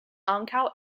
ankaŭ